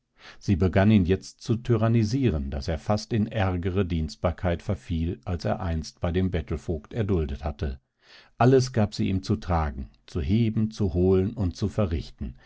sie begann ihn jetzt zu tyrannisieren daß er fast in ärgere dienstbarkeit verfiel als er einst bei dem bettelvogt erduldet hatte alles gab sie ihm zu tragen zu heben zu holen und zu verrichten